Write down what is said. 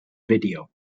video